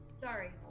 sorry